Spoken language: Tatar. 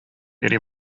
йөри